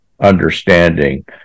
understanding